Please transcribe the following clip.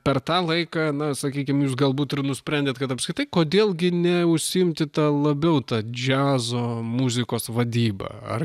per tą laiką na sakykim jūs galbūt ir nusprendėt kad apskritai kodėl gi neužsiimti ta labiau džiazo muzikos vadyba ar